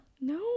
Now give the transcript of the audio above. No